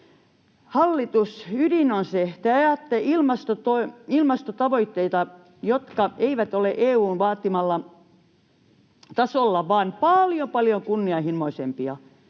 Hallitus, ydin on se, että te ajatte ilmastotavoitteita, jotka eivät ole EU:n vaatimalla tasolla, vaan paljon, paljon kunnianhimoisempia.